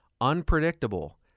unpredictable